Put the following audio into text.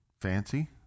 fancy